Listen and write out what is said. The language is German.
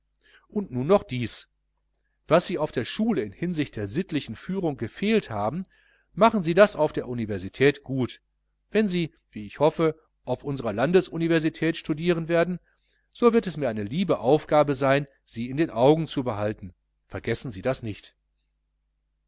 und nun noch dies was sie auf der schule in hinsicht der sittlichen führung gefehlt haben machen sie das auf der universität gut wenn sie wie ich hoffe auf unsrer landesuniversität studieren werden so wird es mir eine liebe aufgabe sein sie in den augen zu behalten vergessen sie das nicht